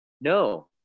no